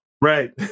Right